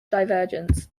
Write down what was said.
divergence